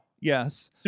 Yes